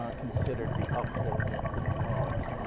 ah considered the upholder of